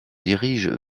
dirige